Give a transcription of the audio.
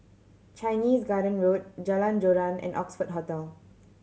Chinese Garden Road Jalan Joran and Oxford Hotel